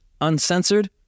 uncensored